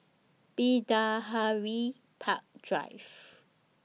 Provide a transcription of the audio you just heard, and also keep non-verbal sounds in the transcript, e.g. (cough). (unintelligible) Park Drive